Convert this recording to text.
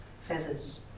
feathers